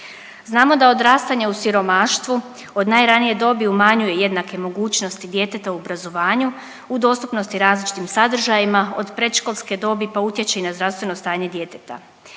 Znamo da odrastanje u siromaštvu od najranije dobi umanjuje jednake mogućnosti djeteta u obrazovanju, u dostupnosti različitim sadržajima od predškolske dobi pa utječe i na zdravstveno stanje djeteta.